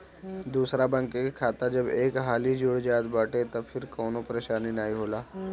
दूसरा बैंक के खाता जब एक हाली जुड़ जात बाटे तअ फिर कवनो परेशानी नाइ होला